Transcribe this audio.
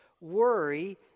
worry